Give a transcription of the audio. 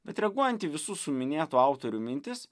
bet reaguojant į visų suminėtų autorių mintis